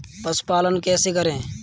पशुपालन कैसे करें?